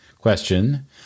question